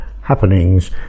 happenings